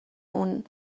اون